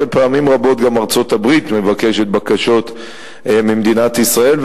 הרי פעמים רבות גם ארצות-הברית מבקשת בקשות ממדינת ישראל.